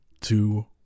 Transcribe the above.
two